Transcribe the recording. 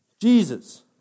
Jesus